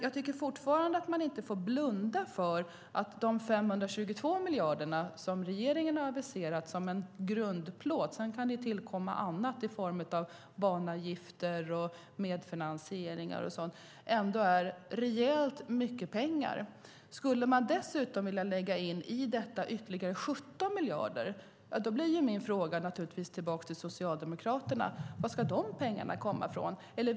Jag tycker fortfarande att man inte får blunda för att de 522 miljarderna som regeringen har aviserat som en grundplåt - sedan kan det tillkomma annat i form av banavgifter, medfinansiering och så vidare - ändå är rejält mycket pengar. Skulle man i detta lägga in ytterligare 17 miljarder blir mina frågor till Socialdemokraterna: Varifrån ska de pengarna komma?